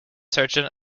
surgeon